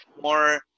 more